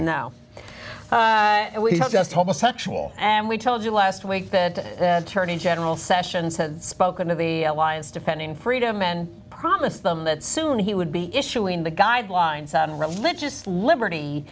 now just homosexual and we told you last week that turn in general sessions had spoken to the lions defending freedom and promised them that soon he would be issuing the guidelines on religious liberty